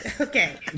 Okay